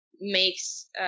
makes –